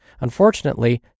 Unfortunately